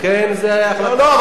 לכן, זה, לא.